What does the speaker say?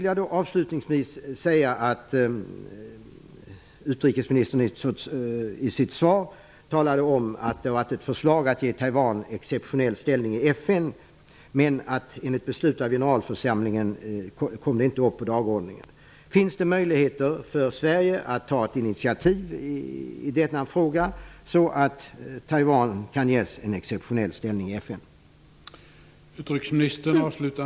Avslutningsvis: Utrikesministern talade om i sitt svar att det fanns ett förslag att ge Taiwan exceptionell ställning i FN men att frågan enligt ett beslut i generalförsamlingen inte kom upp på dagordningen. Finns det möjligheter för Sverige att ta ett initiativ i denna fråga, så att Taiwan kan ges en exceptionell ställning i FN?